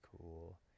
cool